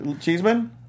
Cheeseman